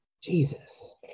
Jesus